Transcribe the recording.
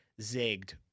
zigged